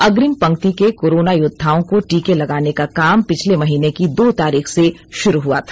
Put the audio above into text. अग्रिम पंक्ति के कोरोना योद्वाओं को टीके लगाने का काम पिछले महीने की दो तारीख से शुरू हुआ था